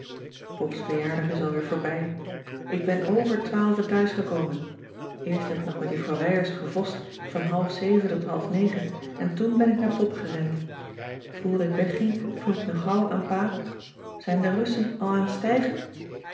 pop's verjaardag is alweer voorbij ik ben over twaalven thuis gekomen eerst heb ik nog met juffrouw wijers gevost van half zeven tot half negen en toen ben ik naar pop gerend voor ik wegging vroeg ik nog gauw aan pa zijn de russen al aan t stijgen